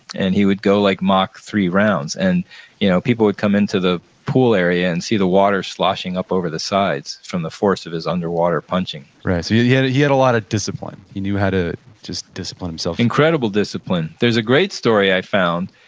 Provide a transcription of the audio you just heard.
and he would go like mock three rounds. and you know people would come into the pool area and see the water sloshing up over the sides from the force of his underwater punching right. so yeah yeah he had a lot of discipline. he knew how to just discipline himself incredible discipline. there's a great story i found.